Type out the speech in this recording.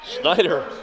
Snyder